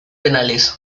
penales